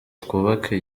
twubake